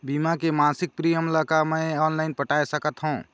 बीमा के मासिक प्रीमियम ला का मैं ऑनलाइन पटाए सकत हो?